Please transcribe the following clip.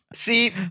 See